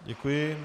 Děkuji.